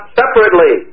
separately